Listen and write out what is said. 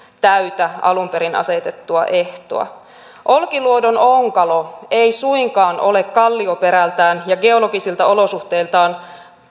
täytä alun perin asetettua ehtoa olkiluodon onkalo ei suinkaan ole kallioperältään ja geologisilta olosuhteiltaan